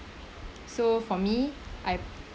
so for me I